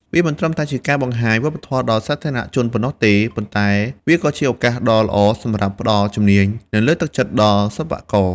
វាមិនត្រឹមតែជាការបង្ហាញវប្បធម៌ដល់សាធារណជនប៉ុណ្ណោះទេ ប៉ុន្តែវាក៏ជាឱកាសដ៏ល្អសម្រាប់ ផ្តល់ជំនាញ និងលើកទឹកចិត្តដល់សិល្បករ។